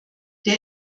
der